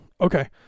Okay